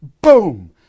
boom